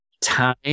time